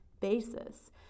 basis